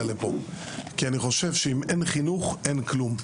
לכאן כי אני חושב שאם אין חינוך אין כלום.